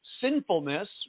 sinfulness